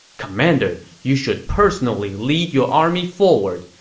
commander, you should personally lead your army forward.